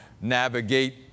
navigate